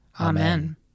Amen